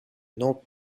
not